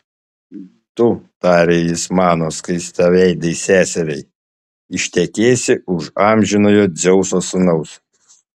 tu tarė jis mano skaistaveidei seseriai ištekėsi už amžinojo dzeuso sūnaus